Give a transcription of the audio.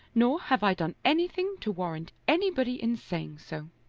nor have i done anything to warrant anybody in saying so.